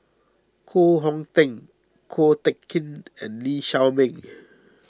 Koh Hong Teng Ko Teck Kin and Lee Shao Meng